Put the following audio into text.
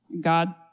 God